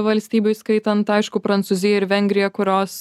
valstybių įskaitant aišku prancūziją ir vengriją kurios